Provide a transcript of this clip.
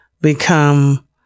become